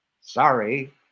Sorry